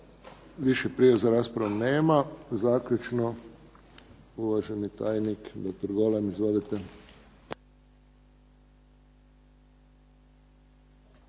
Više prijava za raspravu nema. Zaključno, uvaženi tajnik doktor Golem. Izvolite.